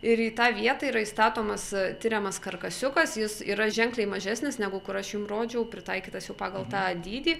ir į tą vietą yra įstatomas tiriamas karkasiukas jis yra ženkliai mažesnis negu kur aš jum rodžiau pritaikytas jau pagal tą dydį